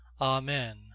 Amen